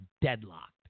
deadlocked